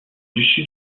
dessus